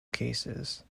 cases